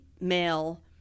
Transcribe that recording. male